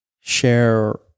share